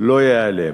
לא ייעלם.